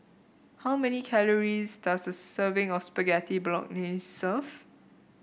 how many calories does a serving of Spaghetti Bolognese serve